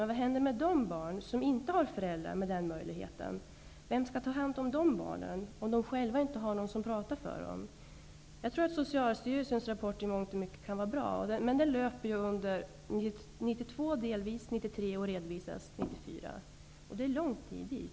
Men vad händer med de barn som inte har föräldrar med den möjligheten? Vem skall ta hand om de barnen, om de inte har någon som talar för dem? Jag tror att Socialstyrelsens rapport i mångt och mycket kan vara bra. Men den löper under 1992 delvis och 1993 och redovisas 1994. Det är långt dit.